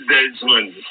Desmond